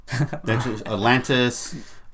Atlantis